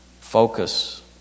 focus